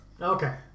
Okay